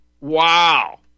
Wow